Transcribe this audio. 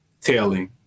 tailing